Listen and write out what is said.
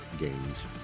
games